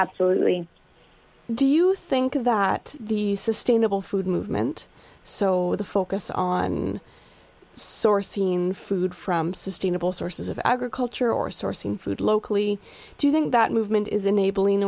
absolutely do you think of that the sustainable food movement so the focus on source scene food from sustainable sources of agriculture or sourcing food locally do you think that movement is enabling